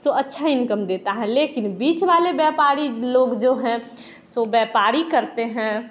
सो अच्छा इनकम देता है लेकिन अच्छा बीच वाले व्यापारी लोग जो हैं सो व्यापारी करते हैं